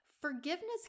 forgiveness